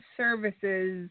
services